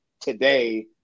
today